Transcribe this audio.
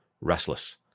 Restless